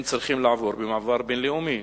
הם צריכים לעבור במעבר בין-לאומי.